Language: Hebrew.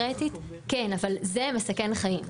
כן, אבל זה מסכן חיים.